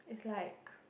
is like